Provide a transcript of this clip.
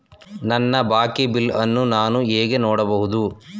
ನನ್ನ ಬಾಕಿ ಬಿಲ್ ಅನ್ನು ನಾನು ಹೇಗೆ ನೋಡಬಹುದು?